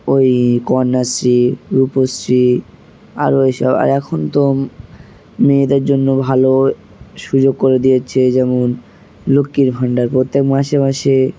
ওই কন্যাশ্রী রূপশ্রী আরও এইসব আর এখন তো মেয়েদের জন্য ভালো সুযোগ করে দিয়েছে যেমন লক্ষ্মীর ভাণ্ডার প্রত্যেক মাসে মাসে